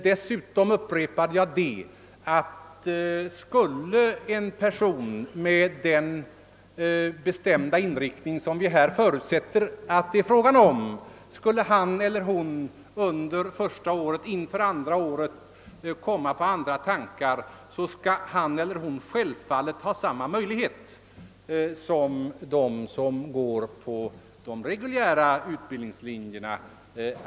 Dessutom upprepar jag att skulle en person med den bestämda inriktning, som vi har förutsatt, inför andra året komma på andra tankar skall vederbörande självfallet ha samma möjlig het att ändra sig som de som går på de reguljära utbildningslinjerna.